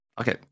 Okay